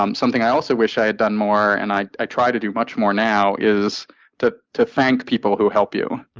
um something i also wish i had done more, and i i try to do much more now, is to to thank people who help you.